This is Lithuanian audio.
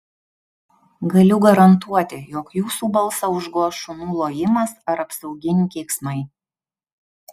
galiu garantuoti jog jūsų balsą užgoš šunų lojimas ar apsauginių keiksmai